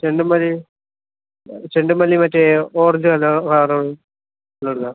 ചെണ്ടുമല്ലി ചെണ്ടുമല്ലി മറ്റേ ഓറഞ്ച് കളർ